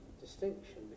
distinction